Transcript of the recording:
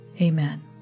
amen